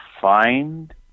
find